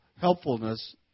helpfulness